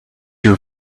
your